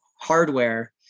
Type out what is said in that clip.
hardware